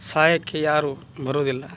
ಸಹಾಯಕ್ಕೆ ಯಾರು ಬರುವುದಿಲ್ಲ